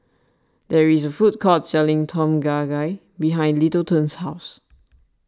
there is a food court selling Tom Kha Gai behind Littleton's house